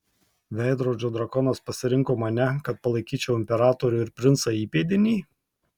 veidrodžio drakonas pasirinko mane kad palaikyčiau imperatorių ir princą įpėdinį